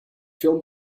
film